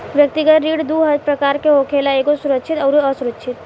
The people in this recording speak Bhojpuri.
व्यक्तिगत ऋण दू प्रकार के होखेला एगो सुरक्षित अउरी असुरक्षित